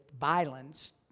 violence